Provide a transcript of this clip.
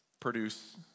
produce